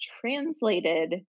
translated